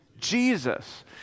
Jesus